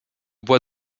bois